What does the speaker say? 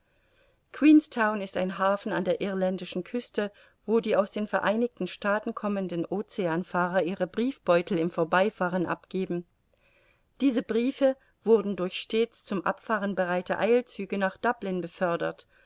ist ein hafen an der irländischen küste wo die aus den vereinigten staaten kommenden oceanfahrer ihre briefbeutel im vorbeifahren abgeben diese briefe wurden durch stets zum abfahren bereite eilzüge nach dublin befördert